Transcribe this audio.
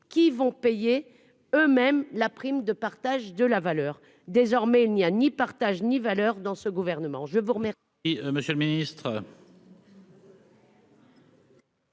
qui vont payer eux-mêmes la prime de partage de la valeur, désormais il n'y a ni partage ni valeur dans ce gouvernement,